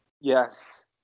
Yes